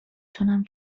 تونم